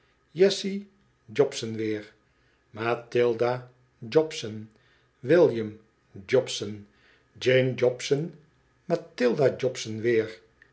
jessie jobson weer matilda jobson william jobson jane jobson matilda jobson weer